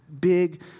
big